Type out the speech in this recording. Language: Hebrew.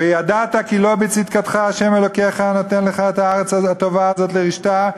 "וידעת כי לא בצדקתך ה' אלוקיך נֹתן לך את הארץ הטובה הזאת לרשתה,